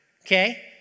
Okay